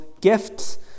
gifts